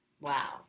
Wow